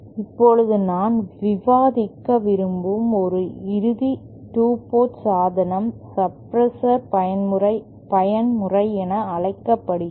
இப்போது நான் விவாதிக்க விரும்பும் ஒரு இறுதி 2 போர்ட் சாதனம் சப்பிரஷர் பயன்முறை என அழைக்கப்படுகிறது